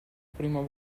primo